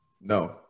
No